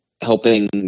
helping